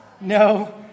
No